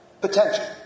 potential